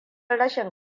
rashin